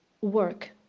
work